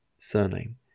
surname